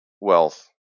wealth